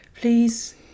please